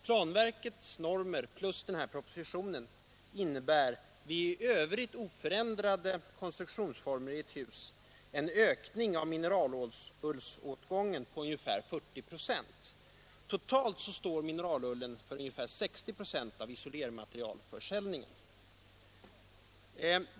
Planverkets normer plus propositionen innebär vid i övrigt oförändrad konstruktion av ett hus en ökning av mineralullsåtgången med uppåt 40 96. Totalt står mineralullen för ungefär 60 96 av isolermaterialförsäljningen.